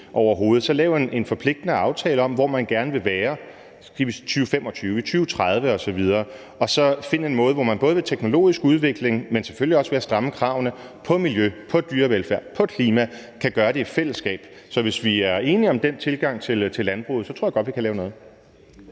skal lave en forpligtende aftale om, hvor man gerne vil være, skal vi sige i 2025, i 2030 osv., og så finde en måde, hvor man både ved teknologisk udvikling, men selvfølgelig også ved at stramme kravene til miljø, til dyrevelfærd, til klima kan gøre det i fællesskab. Så hvis vi er enige om den tilgang til landbruget, tror jeg godt, vi kan lave noget.